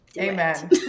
Amen